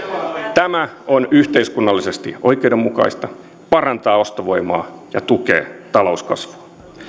tämä on yhteiskunnallisesti oikeudenmukaista parantaa ostovoimaa ja tukee talouskasvua